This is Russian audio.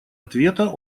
ответа